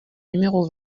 numéro